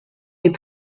les